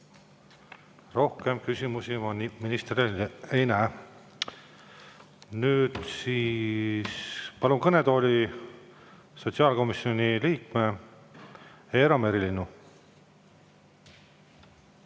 Rohkem küsimusi ma ministrile ei näe. Nüüd palun kõnetooli sotsiaalkomisjoni liikme Eero Merilinnu.